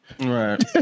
Right